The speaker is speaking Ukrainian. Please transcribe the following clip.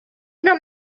нам